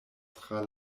tra